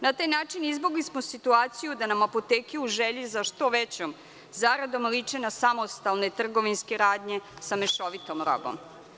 Na taj način izbegli smo situaciju da nam apoteke u želji za što većom zaradom liče na samostalne trgovinske radnje sa mešovitom robom.